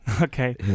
Okay